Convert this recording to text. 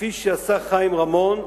כפי שעשה חיים רמון,